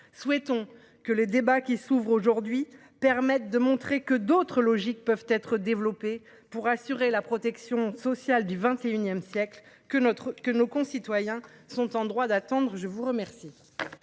Souhaitons que le débat qui s’ouvre aujourd’hui permette de montrer que d’autres logiques peuvent être développées pour assurer la protection sociale du XXI siècle, que nos concitoyens sont en droit d’attendre. La parole